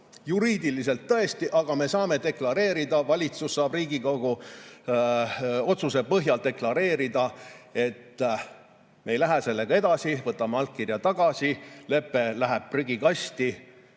Juriidiliselt tõesti, aga me saame deklareerida, valitsus saab Riigikogu otsuse põhjal deklareerida, et me ei lähe sellega edasi, võtame allkirja tagasi, lepe läheb prügikasti.